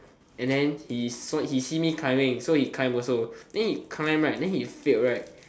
and then he see me climbing then he climb also then he climb right then he failed right